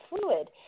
fluid